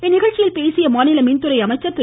இந்நிகழ்ச்சியில் பேசிய மாநில மின்துறை அமைச்சர் திரு